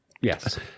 Yes